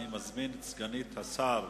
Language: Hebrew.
אני מזמין את סגנית השר,